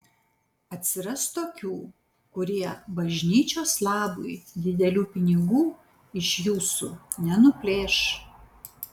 atsiras tokių kurie bažnyčios labui didelių pinigų iš jūsų nenuplėš